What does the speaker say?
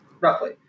roughly